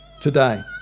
today